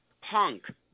punk